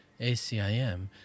ACIM